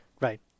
right